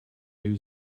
new